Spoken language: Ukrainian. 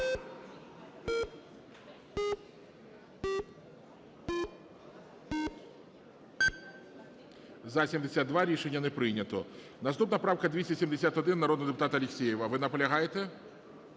За-72 Рішення не прийнято. Наступна правка 271, народного депутата Алєксєєва. Ви наполягаєте?